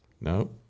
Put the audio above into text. No